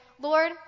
Lord